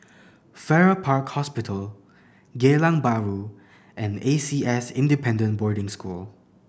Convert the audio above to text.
Farrer Park Hospital Geylang Bahru and A C S Independent Boarding School